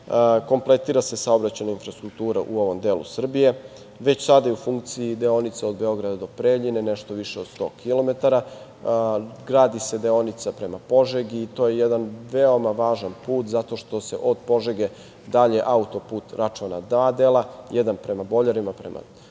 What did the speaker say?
kompletira se saobraćajna infrastruktura u ovom delu Srbije. Već sada je u funkciji deonica od Beograda do Preljine, nešto više od 100 km, gradi se deonica prema Požegi. To je jedan veoma važan put zato što se od Požege dalje autoput račva na dva dela, jedan prema Boljarima, prema Crnoj